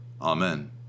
Amen